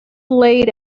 laid